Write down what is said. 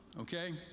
Okay